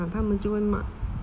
ah 他们就会抹